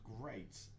great